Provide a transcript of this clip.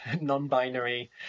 non-binary